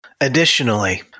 Additionally